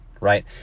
right